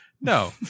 No